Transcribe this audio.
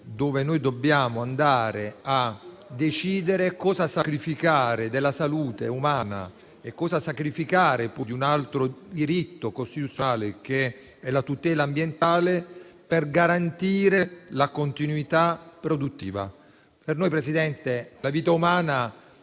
cui noi dobbiamo decidere cosa sacrificare della salute umana e di un altro diritto costituzionale, che è la tutela ambientale, per garantire la continuità produttiva. Per noi, Presidente, la vita umana